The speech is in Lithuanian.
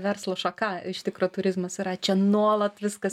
verslo šaka iš tikro turizmas yra čia nuolat viskas